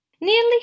Nearly